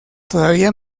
todavía